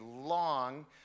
long